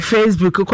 Facebook